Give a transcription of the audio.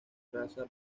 raza